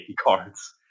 cards